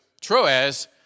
Troas